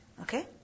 Okay